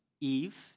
Eve